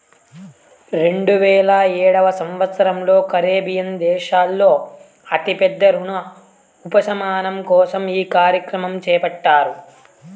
రెండువేల ఏడవ సంవచ్చరంలో కరేబియన్ దేశాల్లో అతి పెద్ద రుణ ఉపశమనం కోసం ఈ కార్యక్రమం చేపట్టారు